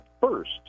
first